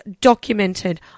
documented